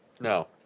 No